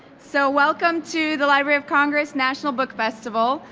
so welcome to the library of congress national book festival.